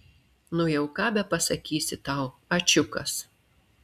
nu jau ką bepasakyti tau ačiukas